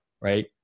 Right